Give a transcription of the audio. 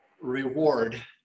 reward